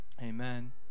amen